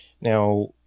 now